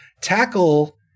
Tackle